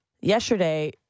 Yesterday